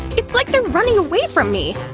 it's like they're running away from me.